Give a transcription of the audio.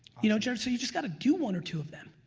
you know jared, so you just got a do one or two of them.